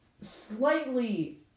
slightly